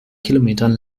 kilometern